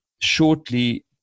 shortly